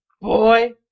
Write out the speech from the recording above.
Boy